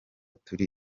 turi